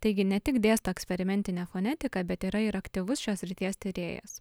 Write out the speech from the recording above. taigi ne tik dėsto eksperimentinę fonetiką bet yra ir aktyvus šios srities tyrėjas